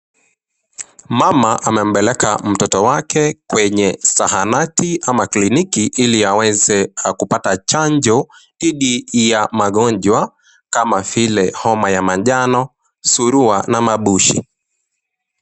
Mama amepeleka mtoto wake kwenye sahanati ama kliniki ili aweze kupata chanjo dhidhi ya magonjwa kama vile homa ya manjano, surua na mabushi